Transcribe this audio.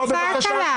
הוא לא צעק עליו.